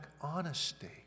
honesty